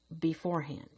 beforehand